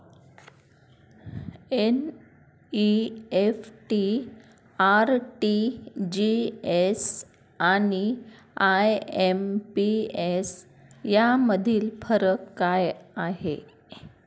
NEFT, RTGS आणि IMPS यामधील फरक काय आहे?